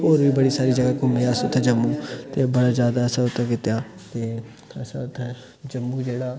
होर बी बड़ी सारी जगह घूमे अस उत्थें जम्मू ते बड़ा ज्यादा असें उत्थें कीता ते असें उत्थें जम्मू जेह्ड़ा